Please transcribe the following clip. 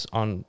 on